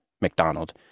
McDonald